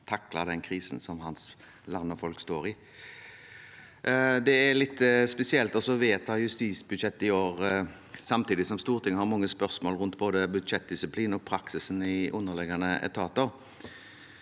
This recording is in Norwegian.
har taklet den krisen hans land og hans folk står i. Det er litt spesielt å vedta et justisbudsjett i år, for det skjer samtidig som Stortinget har mange spørsmål om både budsjettdisiplin og praksis i underliggende etater,